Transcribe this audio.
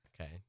okay